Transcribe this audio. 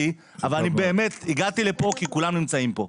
אני באמת הגעתי לפה כי כולם נמצאים פה.